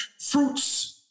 fruits